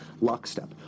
lockstep